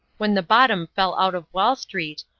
when the bottom fell out of wall street,